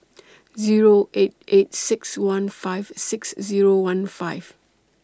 Zero eight eight six one five six Zero one five